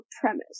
premise